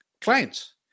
clients